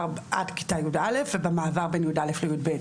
עד כיתה י"א ובמעבר בין כיתה י"א ל-י"ב,